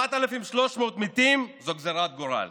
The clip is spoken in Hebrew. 4,300 מתים זו גזרת גורל,